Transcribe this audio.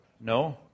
No